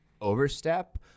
overstep